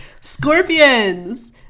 Scorpions